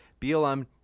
BLM